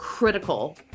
critical